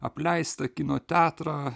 apleistą kino teatrą